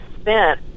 spent